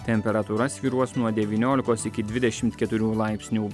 temperatūra svyruos nuo devyniolikos iki dvidešimt keturių laipsnių